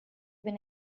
when